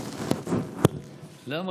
אדוני